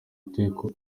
itegeko